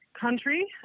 country